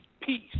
peace